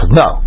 no